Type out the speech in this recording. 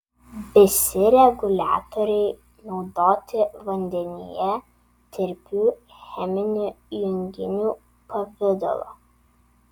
visi reguliatoriai naudoti vandenyje tirpių cheminių junginių pavidalo